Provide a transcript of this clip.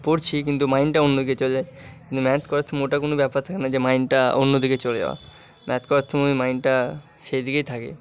পড়ছি কিন্তু মাইন্ডটা অন্য দিকে চলে যায় কিন্তু ম্যাথ করার সময় ওটা কোনো ব্যাপার থাকে না যে মাইন্ডটা অন্য দিকে চলে যাওয়া ম্যাথ করার সময় মাইন্ডটা সেই দিকেই থাকে